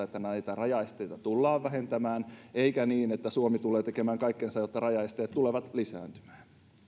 että rajaesteitä tullaan vähentämään eikä niin että suomi tulee tekemään kaikkensa jotta rajaesteet tulevat lisääntymään